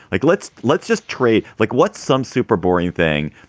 like, let's let's just treat like what's some super boring thing?